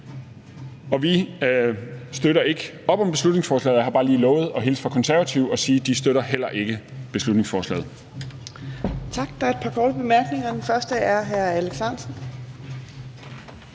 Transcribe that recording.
Vi støtter ikke op om beslutningsforslaget, og jeg har lovet lige at hilse fra Konservative og sige, at de heller ikke støtter beslutningsforslaget.